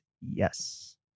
Yes